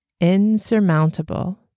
insurmountable